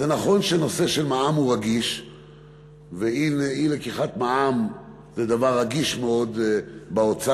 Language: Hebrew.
זה נכון שנושא של מע"מ הוא רגיש ואי-לקיחת מע"מ זה דבר רגיש מאוד באוצר,